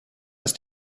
ist